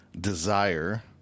desire